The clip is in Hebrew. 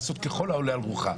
לעשות ככל העולה על רוחה.